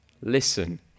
listen